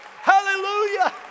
hallelujah